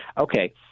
okay